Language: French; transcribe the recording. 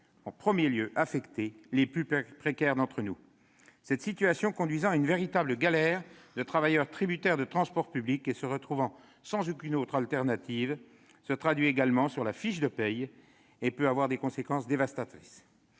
ont tout d'abord affecté les plus précaires d'entre eux. Cette situation, conduisant à une véritable « galère » de travailleurs qui sont tributaires des transports publics et se retrouvent sans aucune autre solution, se traduit également sur la fiche de paie et peut avoir des conséquences dévastatrices.